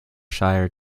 shire